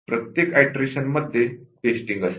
प्रत्येक ईटरेशन्समध्ये टेस्टींग असते